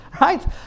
right